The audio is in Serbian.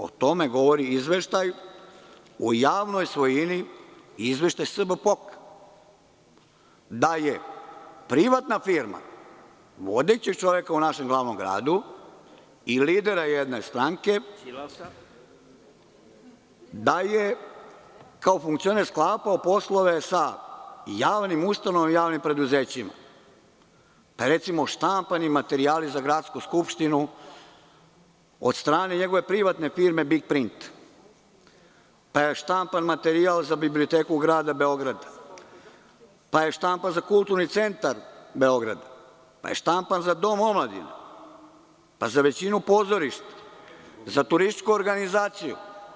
O tome govori Izveštaj o javnoj svojini i Izveštaj SBPOK, da je privatna firma vodećeg čoveka u našem glavnom gradu i lidere jedne stranke, da je kao funkcioner sklapao poslove sa javnim ustanovama i javnim preduzećima, pa recimo, štampani materijali za Gradsku skupštinu od strane njegove privatne firme „Big print“, pa je štampan materijal Biblioteku grada Beograda, pa je štampan za Kulturni centar Beograd, pa je štampan za Dom omladine, pa za većinu pozorišta, za Turističku organizaciju.